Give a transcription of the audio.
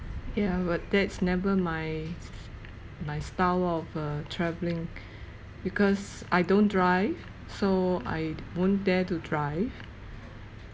yeah but that's never my my style of uh travelling because I don't drive so I'd won't dare to drive